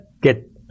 get